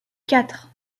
quatre